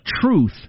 truth